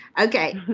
Okay